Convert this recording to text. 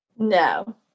No